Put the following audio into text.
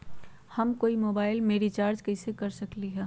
हम कोई मोबाईल में रिचार्ज कईसे कर सकली ह?